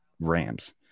Rams